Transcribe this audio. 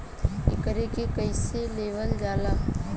एकरके कईसे लेवल जाला?